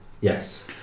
Yes